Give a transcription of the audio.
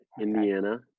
Indiana